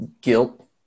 Guilt